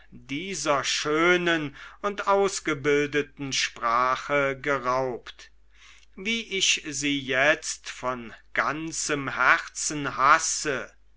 dieser schönen und ausgebildeten sprache geraubt wie ich sie jetzt von ganzem herzen hasse